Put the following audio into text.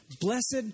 blessed